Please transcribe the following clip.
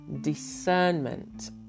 discernment